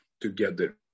together